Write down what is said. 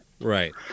right